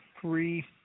three